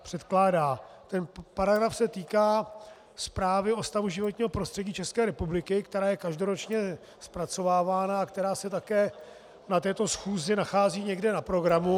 Paragraf se týká zprávy o stavu životního prostředí České republiky, která je každoročně zpracovávána a která se také na této schůzi nachází někde na programu